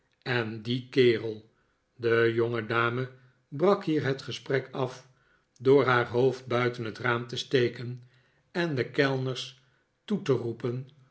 en die kerel de jongedame brak hier het gesprek af door haar hoofd buiten net raam te steken ontmoeting met frank cheeryble en de kellners toe te roeperi